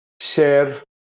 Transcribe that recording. Share